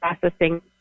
processing